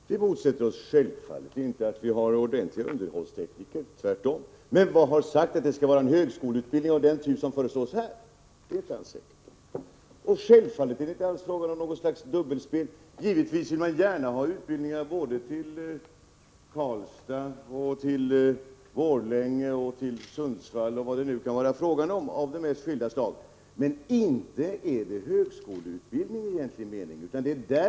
Fru talman! Vi motsätter oss självfallet inte att vi har ordentliga underhållstekniker — tvärtom. Men varför skall denna utbildning bedrivas inom högskolan på det sätt som föreslås här? Självfallet är det inte alls fråga om något slags dubbelspel. Givetvis vill man gärna ha utbildningar av de mest skilda slag till Karlstad, Borlänge, Sundsvall, m.m. Men det är inte fråga om högskoleutbildning i egentlig mening.